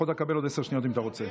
יכולת לקבל עוד עשר שניות אם אתה רוצה.